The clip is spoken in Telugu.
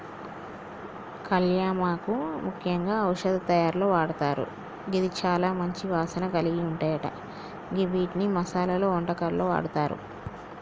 కళ్యామాకు ముఖ్యంగా ఔషధ తయారీలో వాడతారు గిది చాల మంచి వాసన కలిగుంటాయ గివ్విటిని మసాలలో, వంటకాల్లో వాడతారు